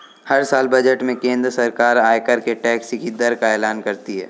हर साल बजट में केंद्र सरकार आयकर के टैक्स की दर का एलान करती है